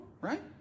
right